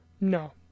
no